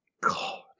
God